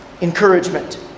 encouragement